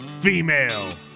female